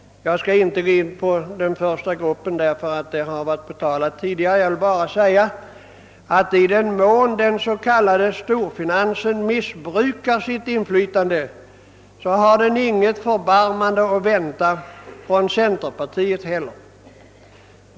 Jag skall inte ta upp någon diskussion om den första gruppen, eftersom den redan tidigare varit på tal. Jag vill bara säga, att i den mån den s.k. storfinansen missbrukar sitt inflytande, så har den inget förbarmande att vänta från centerpartiet heller.